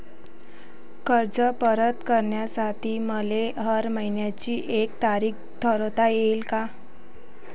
कर्ज परत करासाठी मले हर मइन्याची एक तारीख ठरुता येईन का?